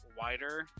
wider